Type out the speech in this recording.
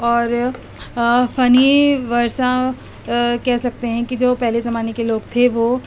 اور فنی ورثہ کہہ سکتے ہیں کہ جو پہلے زمانے کے لوگ تھے وہ